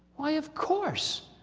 why, of course.